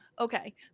Okay